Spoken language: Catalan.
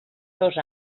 dos